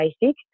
basic